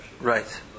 Right